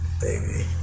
baby